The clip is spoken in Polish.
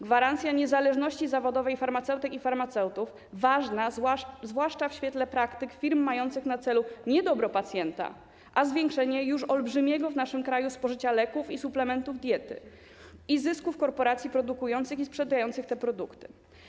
Gwarancja niezależności zawodowej farmaceutek i farmaceutów, ważna zwłaszcza w świetle praktyk firm mających na celu nie dobro pacjenta, a zwiększenie już olbrzymiego w naszym kraju spożycia leków i suplementów diety i zysków korporacji produkujących i sprzedających te produkty.